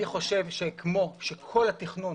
אני חושב שכמו שכל התכנון